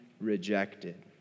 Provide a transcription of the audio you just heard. rejected